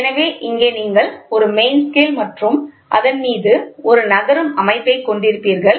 எனவே இங்கே நீங்கள் ஒரு மெயின் ஸ்கேல் மற்றும் அதன் மீது ஒரு நகரும் அமைப்பைக் கொண்டிருப்பீர்கள்